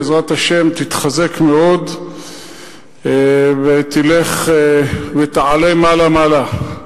בעזרת השם תתחזק מאוד ותלך ותעלה מעלה-מעלה.